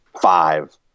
five